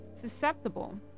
susceptible